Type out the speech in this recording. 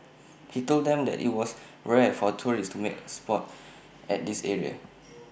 he told them that IT was rare for tourists to make A spot at this area